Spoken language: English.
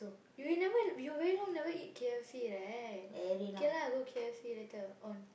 you never you very long never eat K_F_C right okay lah go K_F_C later on